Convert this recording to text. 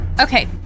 Okay